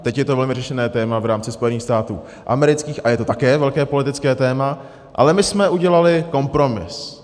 Teď je to velmi řešené téma v rámci Spojených států amerických a je to také velké politické téma, ale my jsme udělali kompromis.